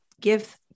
give